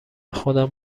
خودم